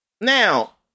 now